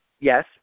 Yes